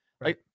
right